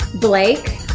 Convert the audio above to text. Blake